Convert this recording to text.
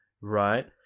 right